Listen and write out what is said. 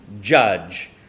judge